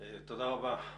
תודה רבה.